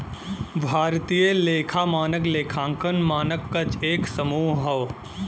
भारतीय लेखा मानक लेखांकन मानक क एक समूह हौ